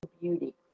beauty